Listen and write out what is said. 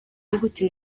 nigute